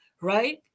right